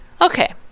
Okay